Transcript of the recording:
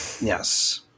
Yes